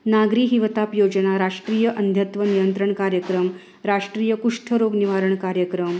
नागरी हिवताप योजना राष्ट्रीय अंधत्व नियंत्रण कार्यक्रम राष्ट्रीय कुष्ठरोग निवारण कार्यक्रम